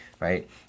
Right